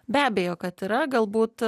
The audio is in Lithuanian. be abejo kad yra galbūt